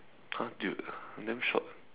!huh! dude I'm damn short